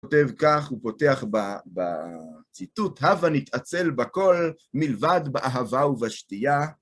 כותב כך, הוא פותח בציטוט, הווה נתעצל בכל, מלבד באהבה ובשתייה.